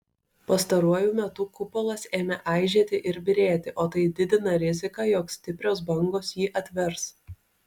pastaruoju metu kupolas ėmė aižėti ir byrėti o tai didina riziką jog stiprios bangos jį atvers